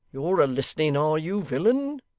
you're a-listening are you, villain